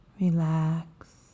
relax